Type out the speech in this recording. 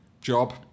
job